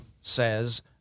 says